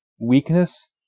weakness